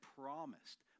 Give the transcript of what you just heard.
promised